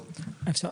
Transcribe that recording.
טוב.